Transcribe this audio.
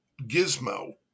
gizmo